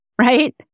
right